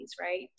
right